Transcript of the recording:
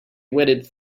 waited